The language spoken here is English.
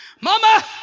Mama